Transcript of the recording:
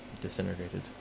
disintegrated